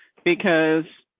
because.